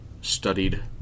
studied